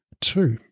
Two